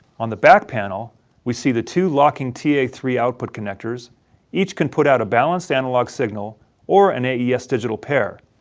on the back panel we see the two locking t a three output connectors each can put out a balanced analog signal or an aes digital pair.